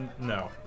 No